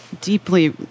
deeply